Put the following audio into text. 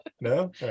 No